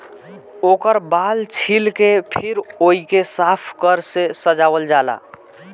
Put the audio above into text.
ओकर बाल छील के फिर ओइके साफ कर के सजावल जाला